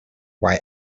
why